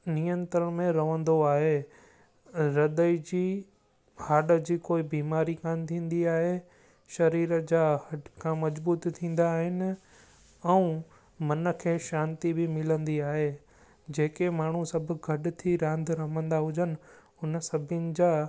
नियंत्रण में रहंदो आहे ह्रदे जी हाड जी कोई बीमारी कानि थींदी आहे शरीर जा हटका मज़बूत थींदा आहिनि ऐं मन खे शांती बि मिलंदी आहे जेके माण्हू सभु गॾु थी रांदि रमंदा हुजनि हुन सभिनी जा